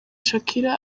shakira